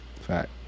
fact